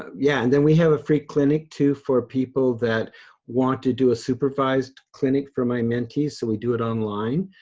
ah yeah, and then we have a free clinic too for people that want to do a supervised clinic for my mentees. so we do it online,